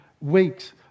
weeks